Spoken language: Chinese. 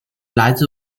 来自